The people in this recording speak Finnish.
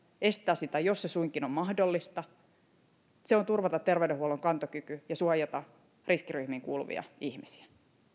estää sitä jos se suinkin on mahdollista turvata terveydenhuollon kantokyky ja suojata riskiryhmiin kuuluvia ihmisiä